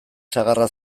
sagarra